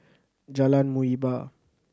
Jalan Muhibbah